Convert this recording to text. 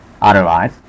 Otherwise